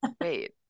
wait